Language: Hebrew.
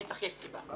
בטח יש סיבה.